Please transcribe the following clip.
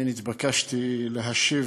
אני נתבקשתי להשיב